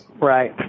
Right